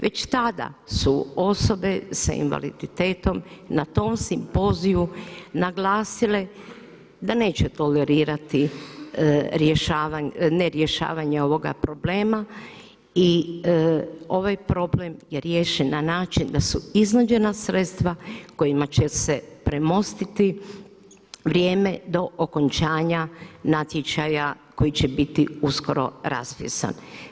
Već tada su osobe s invaliditetom na tom simpoziju naglasile da neće tolerirati ne rješavanje ovoga problema i ovaj problem je riješen na način da su iznuđena sredstva kojima će se premostiti vrijeme do okončanja natječaja koji će biti uskoro raspisan.